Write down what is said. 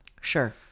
Sure